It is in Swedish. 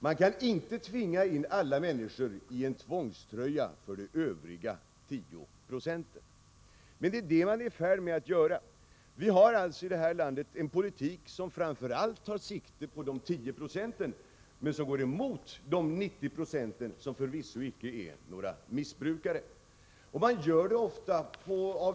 Man kan inte tvinga in alla människor i en tvångströja för de övriga tio procentens skull.” Men det är det man är i färd med att göra. Vi har i det här landet en politik som framför allt tar sikte på de tio procenten men som går emot de 90 90 som förvisso icke är några missbrukare.